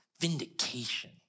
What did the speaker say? vindication